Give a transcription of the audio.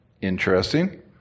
Interesting